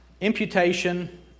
Imputation